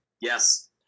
Yes